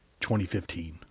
2015